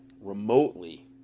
remotely